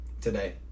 Today